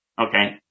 Okay